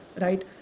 right